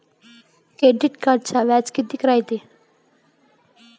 Credit कार्डचं व्याज कितीक रायते?